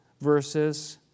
verses